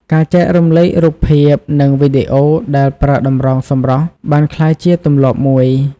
ការចែករំលែករូបភាពនិងវីដេអូដែលប្រើតម្រងសម្រស់បានក្លាយជាទម្លាប់មួយ។